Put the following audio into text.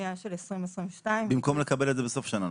השנייה של 2022. במקום לקבל את זה בסוף שנה,